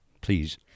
Please